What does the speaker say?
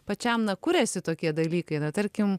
pačiam na kuriasi tokie dalykai na tarkim